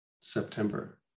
September